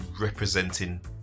representing